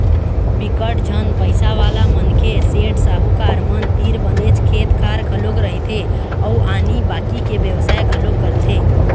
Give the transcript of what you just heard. बिकट झन पइसावाला मनखे, सेठ, साहूकार मन तीर बनेच खेत खार घलोक रहिथे अउ आनी बाकी के बेवसाय घलोक करथे